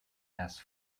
has